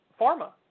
pharma